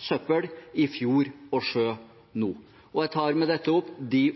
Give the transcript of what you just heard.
søppel i fjord og sjø nå. Jeg tar med dette opp